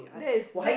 that is that